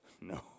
No